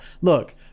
Look